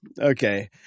Okay